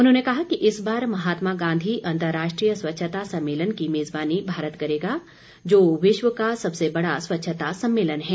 उन्होंने कहा कि इस बार महात्मा गांधी अंतर्राष्ट्रीय स्वच्छता सम्मेलन की मेज़बानी भारत करेगा जो विश्व का सबसे बड़ा स्वच्छता सम्मेलन है